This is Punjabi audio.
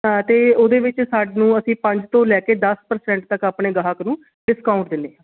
ਅਤੇ ਉਹਦੇ ਵਿੱਚ ਸਾਨੂੰ ਅਸੀਂ ਪੰਜ ਤੋਂ ਲੈ ਕੇ ਦਸ ਪ੍ਰਸੈਂਟ ਤੱਕ ਆਪਣੇ ਗਾਹਕ ਨੂੰ ਡਿਸਕਾਊਂਟ ਦਿੰਦੇ ਹਾਂ